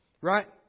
right